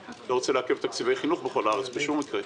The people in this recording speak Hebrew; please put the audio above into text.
לעכב תקציבי חינוך בכל הארץ בשום מקרה.